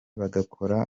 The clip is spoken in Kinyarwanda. bagakora